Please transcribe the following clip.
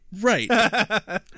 Right